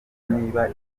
niba